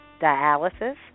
dialysis